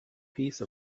piece